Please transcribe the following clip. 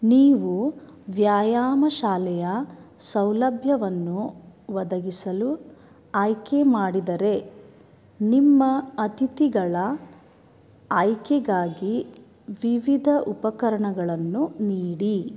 ನೀವು ವ್ಯಾಯಾಮ ಶಾಲೆಯ ಸೌಲಭ್ಯವನ್ನು ಒದಗಿಸಲು ಆಯ್ಕೆ ಮಾಡಿದರೆ ನಿಮ್ಮ ಅತಿಥಿಗಳ ಆಯ್ಕೆಗಾಗಿ ವಿವಿಧ ಉಪಕರಣಗಳನ್ನು ನೀಡಿ